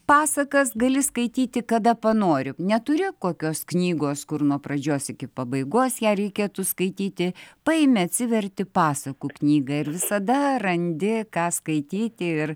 pasakas gali skaityti kada panori neturi kokios knygos kur nuo pradžios iki pabaigos ją reikėtų skaityti paėmi atsiverti pasakų knygą ir visada randi ką skaityti ir